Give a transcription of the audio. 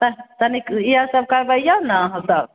तऽ तनिक इएह सब करबैयो ने अहाँ सब